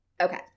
Okay